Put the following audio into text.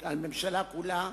הממשלה כולה,